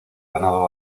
ganado